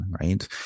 right